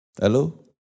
Hello